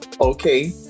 Okay